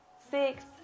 six